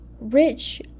rich